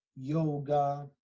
Yoga